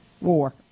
war